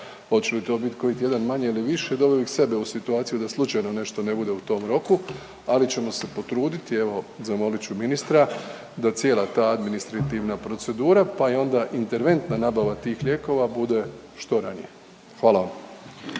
hoće li to biti koji tjedan manje ili više doveo bih sebe u situaciju da slučajno nešto ne bude u tom roku, ali ćemo se potruditi evo zamolit ću ministra da cijela ta administrativna procedura, pa i onda interventna nabava tih lijekova bude što ranija. Hvala vam.